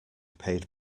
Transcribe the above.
paid